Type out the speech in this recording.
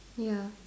ya